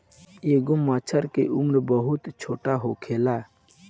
एगो मछर के उम्र बहुत छोट होखेला